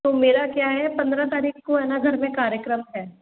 तो मेरा क्या है पंद्रह तारीख को है न घर में कार्यक्रम है